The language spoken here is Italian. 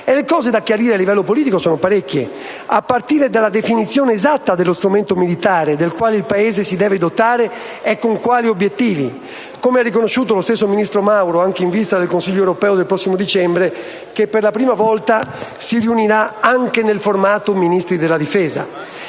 Le cose da chiarire a livello politico sono parecchie, a partire dalla definizione esatta dello strumento militare del quale il Paese si deve dotare e dei suoi obiettivi, come ha riconosciuto lo stesso ministro Mauro, anche in vista del Consiglio europeo del prossimo dicembre, che per la prima volta si riunirà anche nel formato Ministri della difesa.